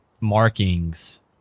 markings